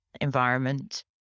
environment